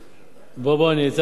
בוא, בוא, אני אתן לך קצת נחת.